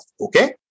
okay